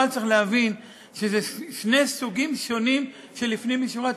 אבל צריך להבין שאלה שני סוגים שונים של "לפנים משורת